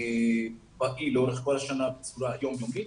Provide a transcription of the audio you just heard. פעיל לאורך כל השנה בצורה יום-יומית.